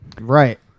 Right